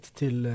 till